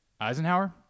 Eisenhower